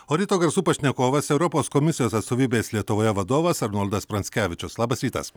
o ryto garsų pašnekovas europos komisijos atstovybės lietuvoje vadovas arnoldas pranckevičius labas rytas